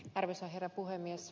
arvoisa herra puhemies